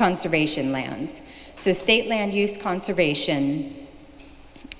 conservation lands state land use conservation